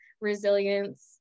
resilience